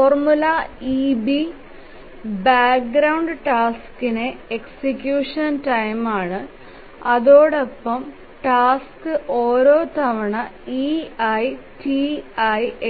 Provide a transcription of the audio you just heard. formula eB background ടാസ്കിന്റെ execution time ആണ് അതോടൊപ്പം ടാസ്ക് ഓരോ തവണ ei ti